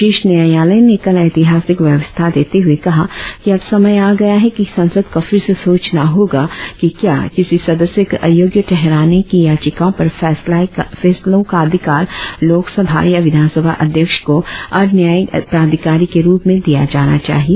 शीर्ष न्यायालय ने कल ऐतिहासिक व्यवस्था देते हुए कहा कि अब समय आ गया है कि संसद को फिर से सोचना होगा कि क्या किसी सदस्य को अयोग्य ठहराने की याचिकाओं पर फैसले का अधिकार लोकसभा या विधानसभा अध्यक्ष को अर्द्वन्यायिक प्राधिकारी के रुप में दिया जाना चाहिए